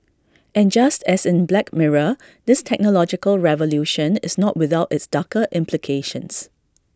and just as in black mirror this technological revolution is not without its darker implications